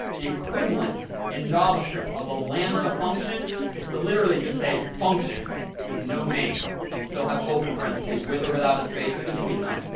the equivalent in javascript of a lambda function is to literally just say function with no name and still have open parentheses, with or without a space in between them.